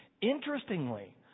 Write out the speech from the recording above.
Interestingly